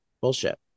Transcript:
bullshit